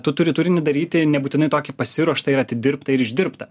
tu turi turinį daryti nebūtinai tokį pasiruoštą ir atidirbtą ir išdirbtą